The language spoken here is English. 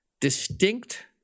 distinct